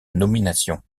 nomination